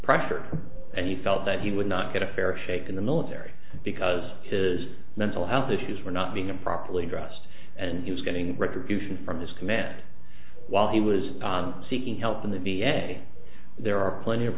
pressure and he felt that he would not get a fair shake in the military because his mental health issues were not being properly addressed and he was getting retribution from his command while he was seeking help from the v a there are plenty of